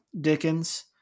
Dickens